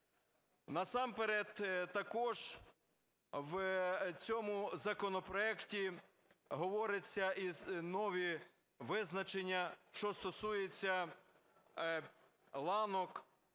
Насамперед також в цьому законопроекті говориться, і нові визначення, що стосується ланок,